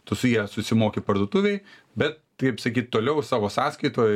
tu su ja susimoki parduotuvėj be taip sakyt toliau savo sąskaitoj